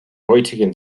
heutigen